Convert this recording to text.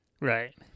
Right